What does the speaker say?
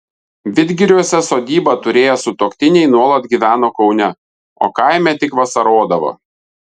vidgiriuose sodybą turėję sutuoktiniai nuolat gyveno kaune o kaime tik vasarodavo